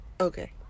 Okay